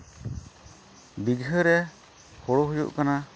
ᱵᱤᱜᱷᱟᱹ ᱨᱮ ᱦᱳᱲᱳ ᱦᱩᱭᱩᱜ ᱠᱟᱱᱟ